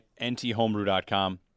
nthomebrew.com